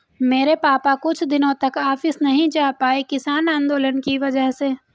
मेरे पापा कुछ दिनों तक ऑफिस नहीं जा पाए किसान आंदोलन की वजह से